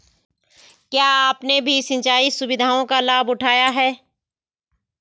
क्या आपने भी सिंचाई सुविधाओं का लाभ उठाया